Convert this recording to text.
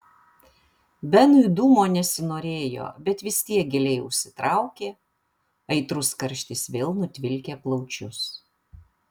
benui dūmo nesinorėjo bet vis tiek giliai užsitraukė aitrus karštis vėl nutvilkė plaučius